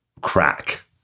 crack